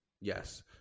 yes